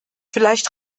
vielleicht